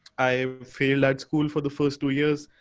i fail at school for the first two years.